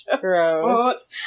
Gross